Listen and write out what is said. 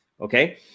Okay